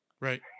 Right